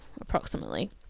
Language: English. approximately